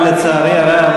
אבל לצערי הרב